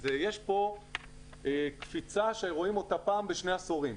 יש כאן קפיצה שרואים אתה פעם בשני עשורים.